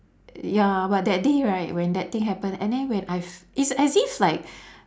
ya but that day right when that thing happened and then when I f~ it's as if like